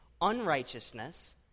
Unrighteousness